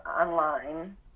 online